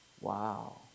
Wow